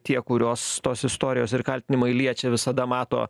tie kuriuos tos istorijos ir kaltinimai liečia visada mato